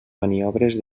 maniobres